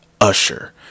usher